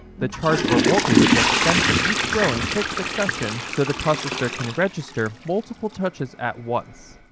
the charge or voltage gets sent to each row in quick succession, so the processor can register multiple touches at once